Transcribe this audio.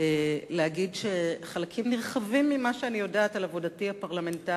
ולהגיד שחלקים נרחבים ממה שאני יודעת על העבודה הפרלמנטרית